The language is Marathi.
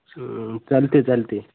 चालते चालते